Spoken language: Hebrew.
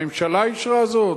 הממשלה אישרה זאת?